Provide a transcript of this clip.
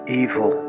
evil